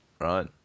Right